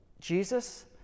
Jesus